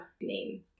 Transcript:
name